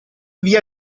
via